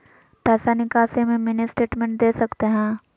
पैसा निकासी में मिनी स्टेटमेंट दे सकते हैं?